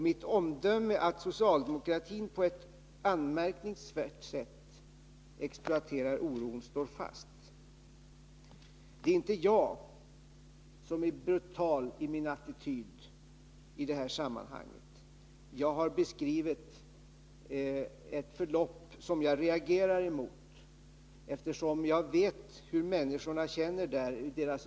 Mitt omdöme, att socialdemokratin på ett anmärkningsvärt sätt exploaterar oro, står fast. Det är inte jag som är brutal i min attityd i det här sammanhanget. Jag har beskrivit ett förlopp som jag reagerar emot, eftersom jag vet vilken oro människorna där känner.